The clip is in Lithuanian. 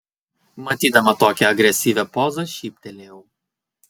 matydama tokią agresyvią pozą šyptelėjau